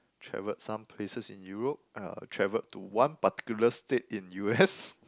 traveled some places in Europe uh traveled to one particular state in u_s